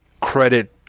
credit